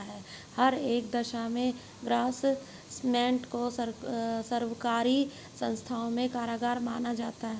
हर एक दशा में ग्रास्मेंट को सर्वकारी संस्थाओं में कारगर माना जाता है